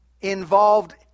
involved